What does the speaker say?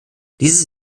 dieses